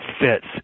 fits